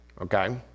okay